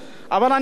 אדוני,